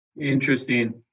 Interesting